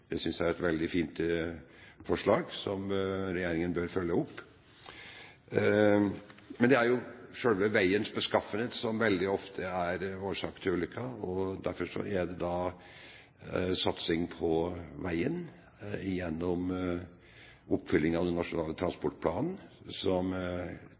Det synes jeg er et veldig fint forslag, som regjeringen bør følge opp. Men det er jo selve veiens beskaffenhet som veldig ofte er årsak til ulykker – derfor en satsing på vei, gjennom oppfylling av den nasjonale